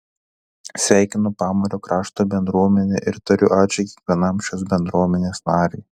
sveikinu pamario krašto bendruomenę ir tariu ačiū kiekvienam šios bendruomenės nariui